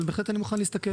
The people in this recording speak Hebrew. אבל אני בהחלט מוכן להסתכל.